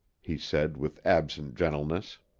he said with absent gentleness.